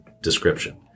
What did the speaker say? description